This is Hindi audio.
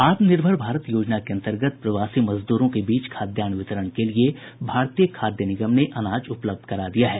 आत्मनिर्भर भारत योजना के अन्तर्गत प्रवासी मजदूरों के बीच खाद्यान्न वितरण के लिए भारतीय खाद्य निगम ने अनाज उपलब्ध करा दिया है